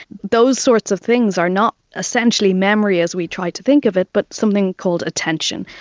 those sorts of things are not essentially memory as we try to think of it but something called attention.